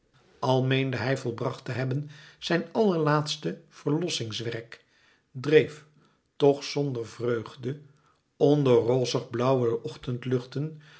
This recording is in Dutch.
al meende hij volbracht te hebben zijn allerlaatste verlossingswerk dreef toch zonder vreugde onder rozig blauwe